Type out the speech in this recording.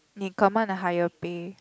they command a higher pay